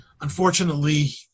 Unfortunately